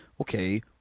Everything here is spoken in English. Okay